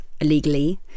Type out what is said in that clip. illegally